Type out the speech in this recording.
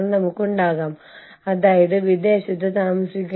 ഇത് ഒരു സ്ലൈഡിൽ ഉണ്ടായിരിക്കണം എന്ന് എനിക്ക് തോന്നുന്നില്ല